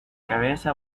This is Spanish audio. cabeza